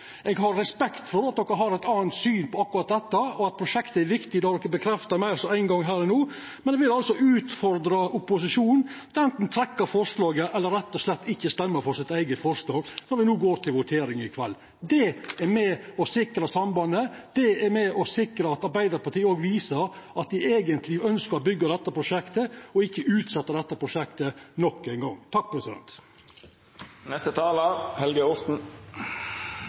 Eg har respekt for at dei har eit anna syn på akkurat dette, og at prosjektet er viktig – det er bekrefta meir enn éin gong her og no – men eg vil altså utfordra opposisjonen til anten å trekkja forslaget eller rett og slett ikkje stemma for sitt eige forslag når me går til votering i kveld. Det er med på å sikra sambandet, det er med på å sikra at Arbeidarpartiet viser at dei eigentleg ønskjer å byggja dette prosjektet – og ikkje utsetja det endå ein gong.